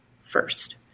first